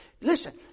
Listen